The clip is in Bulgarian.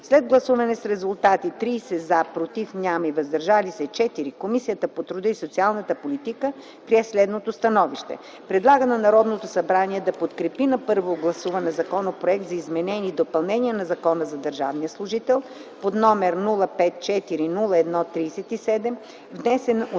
След гласуване с резултати: „за” – 10 гласа, „против” – няма, и „въздържали се” – 4 гласа, Комисията по труда и социалната политика прие следното становище: Предлага на Народното събрание да подкрепи на първо гласуване Законопроекта за изменение и допълнение на Закона за държавния служител, № 054-01-37, внесен от